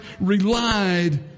relied